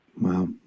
wow